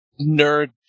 nerd